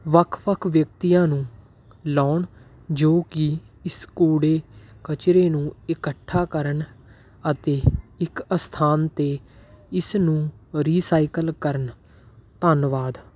ਵੱਖ ਵੱਖ ਵਿਅਕਤੀਆਂ ਨੂੰ ਲਗਾਉਣ ਜੋ ਕਿ ਇਸ ਕੂੜੇ ਕਚਰੇ ਨੂੰ ਇਕੱਠਾ ਕਰਨ ਅਤੇ ਇੱਕ ਅਸਥਾਨ 'ਤੇ ਇਸ ਨੂੰ ਰੀਸਾਈਕਲ ਕਰਨ ਧੰਨਵਾਦ